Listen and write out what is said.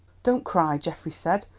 don't cry, geoffrey said,